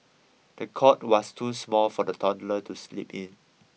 the cot was too small for the toddler to sleep in